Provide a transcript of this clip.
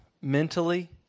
mentally